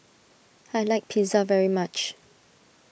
I like Pizza very much